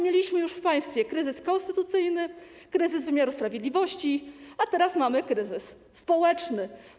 Mieliśmy już w państwie kryzys konstytucyjny, kryzys wymiaru sprawiedliwości, a teraz mamy kryzys społeczny.